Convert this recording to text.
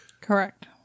Correct